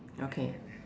okay